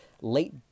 late